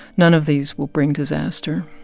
none of these will bring disaster